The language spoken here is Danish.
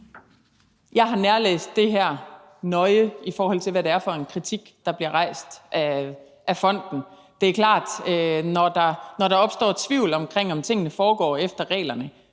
Jeg har nærlæst det her nøje, i forhold til hvad det er for en kritik, der bliver rejst af fonden. Det er klart, at når der opstår tvivl om, hvorvidt tingene foregår efter reglerne,